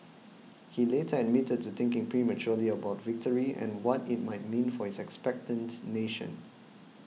he later admitted to thinking prematurely about victory and what it might mean for his expectant nation